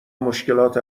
مشکلات